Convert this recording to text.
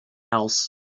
house